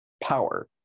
power